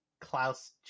Klaus